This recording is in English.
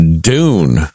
Dune